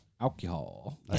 alcohol